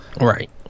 Right